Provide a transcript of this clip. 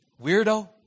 weirdo